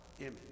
image